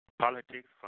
politics